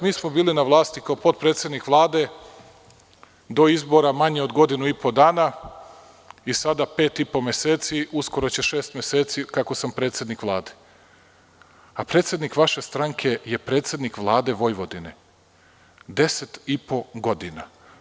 Mi smo bili na vlasti kao potpredsednik Vlade do izbora manje od godinu i po dana i sada pet i po meseci, uskoro će šest meseci kako sam predsednik Vlade, a predsednik vaše stranke je predsednik Vlade Vojvodine deset i po godina.